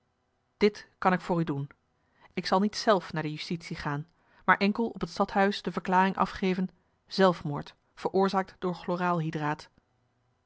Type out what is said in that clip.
dit kan ik voor u doen ik zal niet zelf naar de justitie gaan maar enkel op het stadhuis de verklaring afgeven zelfmoord veroorzaakt door